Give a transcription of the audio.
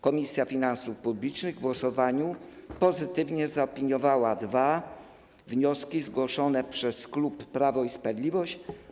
Komisja Finansów Publicznych w głosowaniu pozytywnie zaopiniowała dwa wnioski zgłoszone przez klub Prawo i Sprawiedliwość.